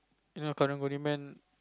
you know a karang-guni man